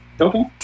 Okay